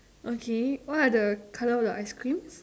okay what are the colour of the ice creams